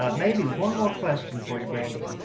um maybe one more question for you. brandi.